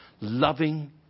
loving